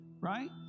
Right